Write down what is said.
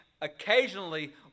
occasionally